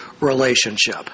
relationship